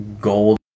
gold